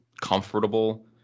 comfortable